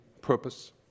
purpose